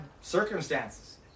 circumstances